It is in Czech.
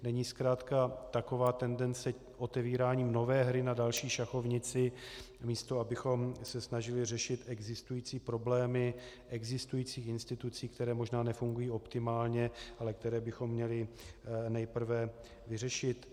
Není zkrátka taková tendence k otevírání nové hry na další šachovnici, místo abychom se snažili řešit existující problémy existujících institucí, které možná nefungují optimálně, ale které bychom měli nejprve vyřešit?